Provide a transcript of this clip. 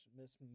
Miss